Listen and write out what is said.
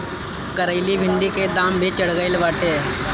करइली भिन्डी के दाम भी चढ़ गईल बाटे